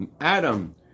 Adam